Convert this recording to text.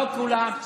לא כולם.